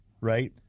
right